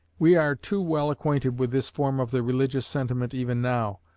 we are too well acquainted with this form of the religious sentiment even now,